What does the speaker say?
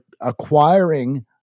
acquiring